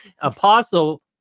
apostle